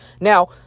Now